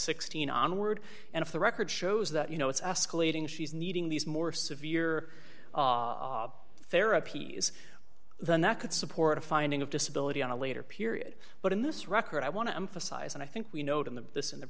sixteen onward and if the record shows that you know it's escalating she's needing these more severe therapies than that could support a finding of disability on a later period but in this record i want to emphasize and i think we note in the in the